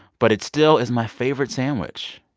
but it still is my favorite sandwich.